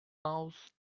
mouse